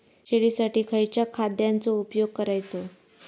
शेळीसाठी खयच्या खाद्यांचो उपयोग करायचो?